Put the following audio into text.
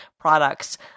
products